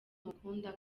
mukunda